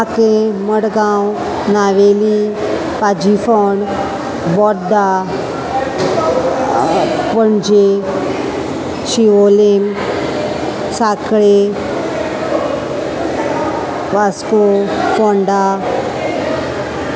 आके मडगांव नावेली पजीफोण बोड्डा पणजे शिवोलेम साकळे वास्को फोंडा